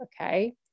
Okay